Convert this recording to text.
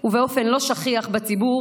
ובאופן לא שכיח בציבור,